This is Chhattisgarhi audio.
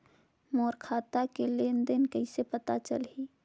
मोर खाता के लेन देन कइसे पता चलही?